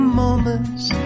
moments